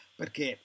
perché